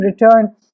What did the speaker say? return